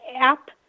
app